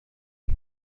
خير